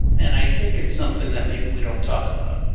and i think it's something that maybe we don't talk about.